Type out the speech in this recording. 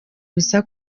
ubusa